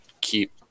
keep